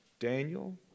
Daniel